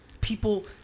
people